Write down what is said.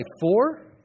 four